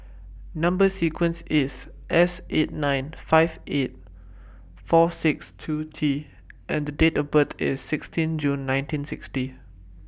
Number sequences IS S eight nine five eight four six two T and The Date of birth IS sixteen June nineteen sixty